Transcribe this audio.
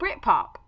Britpop